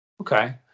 Okay